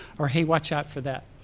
or hey, watch out for that.